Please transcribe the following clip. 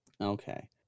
Okay